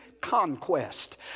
conquest